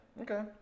okay